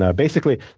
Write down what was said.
ah basically,